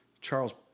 Charles